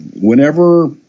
Whenever